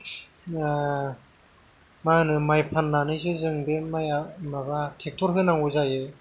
माहोनो माइ फाननानैसो जों बे माइया माबा टेक्टर होनांगौ जायो